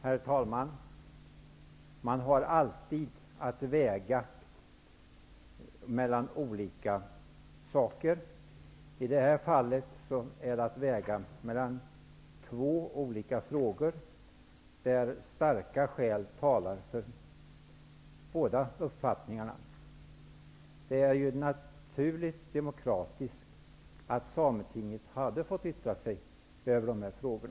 Herr talman! Man har alltid att väga mellan olika saker. I detta fall gäller det att väga mellan två olika frågor där starka skäl talar för båda uppfattningarna. Demokratiskt sett hade det varit naturligt om Sametinget hade fått yttra sig över dessa frågor.